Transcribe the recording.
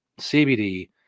CBD